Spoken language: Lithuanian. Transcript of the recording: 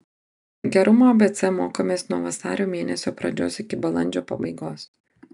gerumo abc mokomės nuo vasario mėnesio pradžios iki balandžio pabaigos